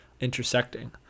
intersecting